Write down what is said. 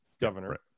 governor